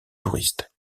touristes